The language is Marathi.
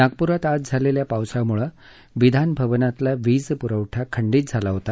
नागपुरात आज झालेल्या पावसामुळे विधान भवनातला वीजपुरवठा खंडीत झाला होता